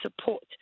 support